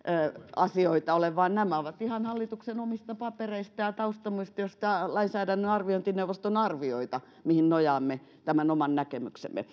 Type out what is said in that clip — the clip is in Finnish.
asioita ole vaan nämä ovat ihan hallituksen omista papereista ja taustamuistioista lainsäädännön arviointineuvoston arvioita mihin nojaamme tämän oman näkemyksemme